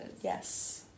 Yes